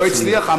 לא הצליח.